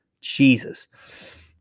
Jesus